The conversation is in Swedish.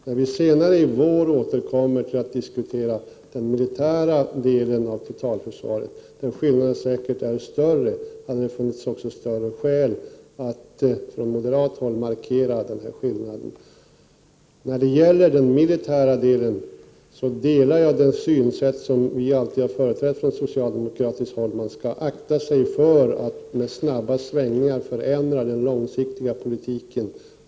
När vi senare i vår återkommer för att diskutera den militära delen av totalförsvaret där skillnaden säkert är större, hade det också funnits starkare skäl att från moderat håll markera den här skillnaden. När det gäller den militära delen, delar jag det synsätt som vi från socialdemokratiskt håll alltid har företrätt. Man skall akta sig för att med snabba svängningar förändra den långsiktiga politiken.